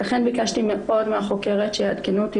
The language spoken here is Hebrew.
לכן ביקשתי מאוד מהחוקרת שיעדכנו אותי